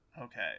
Okay